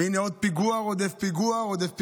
והינה עוד פיגוע רודף פיגוע רודף פיגוע.